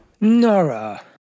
Nora